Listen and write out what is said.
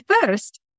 first